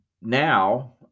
now